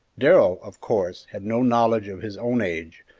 darrell, of course, had no knowledge of his own age,